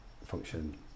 function